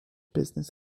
business